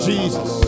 Jesus